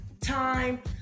time